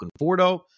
Conforto